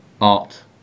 art